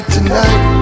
Tonight